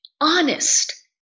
honest